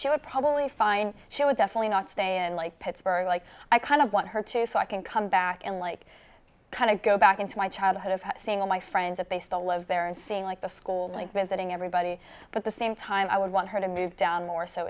she would probably find she would definitely not stay in like pittsburgh like i kind of want her to so i can come back in like kind of go back into my childhood of seeing all my friends that they still love there and seeing like the school like visiting everybody but the same time i would want her to move down more so